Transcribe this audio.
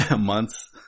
months